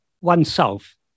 oneself